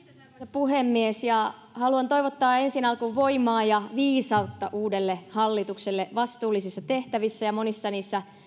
puhemies haluan toivottaa ensi alkuun voimaa ja viisautta uudelle hallitukselle vastuullisissa tehtävissä ja monissa niissä